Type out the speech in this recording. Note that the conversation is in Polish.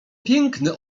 piękny